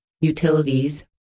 utilities